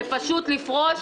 ופשוט לפרוש.